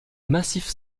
massif